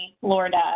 Florida